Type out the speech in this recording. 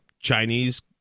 Chinese